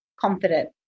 confident